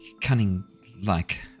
cunning-like